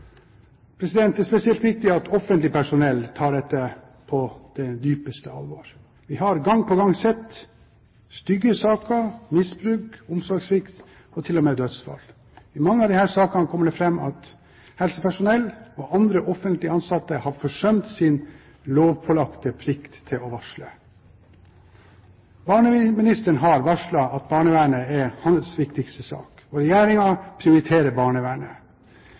Det er spesielt viktig at offentlig personell tar dette på det dypeste alvor. Vi har gang på gang sett stygge saker – misbruk, omsorgssvikt og til og med dødsfall. I mange av disse sakene kommer det fram at helsepersonell og andre offentlig ansatte har forsømt sin lovpålagte plikt til å varsle. Barneministeren har varslet at barnevernet er hans viktigste sak, og Regjeringen prioriterer barnevernet. Vi lever i et åpent samfunn. Barnevernet